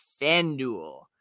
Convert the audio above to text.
FanDuel